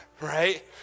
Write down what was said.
right